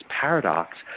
paradox